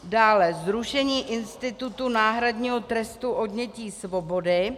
Dále zrušení institutu náhradního trestu odnětí svobody.